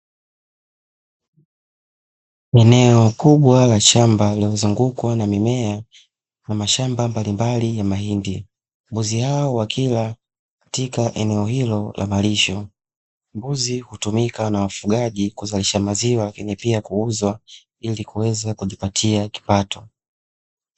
Eneo kubwa la shamba lililozungukwa na mimea na mashamba mbalimbali ya mahindi. Mbuzi hao wakila katika eneo hilo la malisho. Mbuzi hutumika na wafugaji kuzalisha maziwa, lakini pia kuuzwa ili kuweza kujipatia kipato.